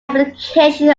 application